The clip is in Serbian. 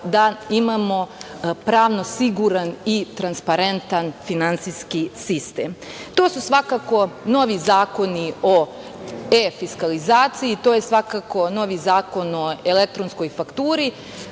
da imamo pravno siguran i transparentan finansijski sistem. To su svakako novi zakoni o E-fiskalizaciji, novi Zakon o elektronskoj fakturi,